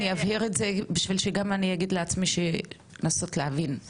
אני אבהיר את זה בשביל שגם אני אגיד לעצמי לנסות להבין,